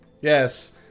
yes